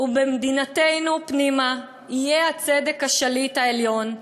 "ובמדינתנו פנימה יהיה הצדק השליט העליון,